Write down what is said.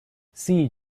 see